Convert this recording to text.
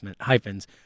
hyphens